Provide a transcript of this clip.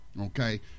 okay